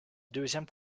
deuxième